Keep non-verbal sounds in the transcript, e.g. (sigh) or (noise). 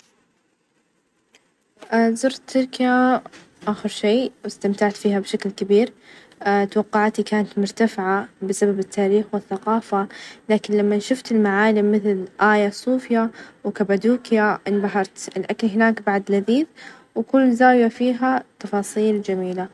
لعبتي المفضلة هي (hesitation) كرة القدم استمتع فيها ؛لإنها تجمع بين التحدي، والمهارة ،وكمان تحس بالروح الجماعية لمن تلعب مع الأصحاب كل مباراة يكون فيها حماس، وضغط، وفي نفس الوقت ممتعة.